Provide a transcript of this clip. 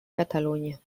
catalunya